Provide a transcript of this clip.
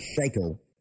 cycle